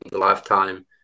lifetime